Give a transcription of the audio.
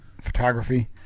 photography